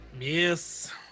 Yes